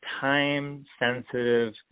time-sensitive